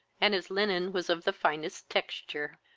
and his linen was of the finest texture.